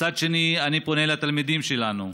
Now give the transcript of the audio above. מצד שני, אני פונה לתלמידים שלנו: